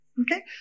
okay